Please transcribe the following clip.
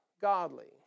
Godly